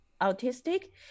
autistic